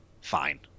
fine